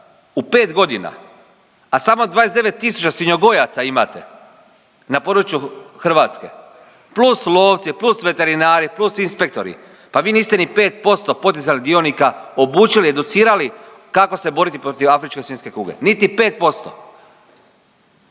u pet godina, a samo 29.000 svinjogojaca imate na području Hrvatske, plus lovci, plus veterinari, plus inspektori. Pa vi niste ni 5% potencijalnih dionika obučili, educirali kako se boriti protiv afričke svinjske kuge niti 5%.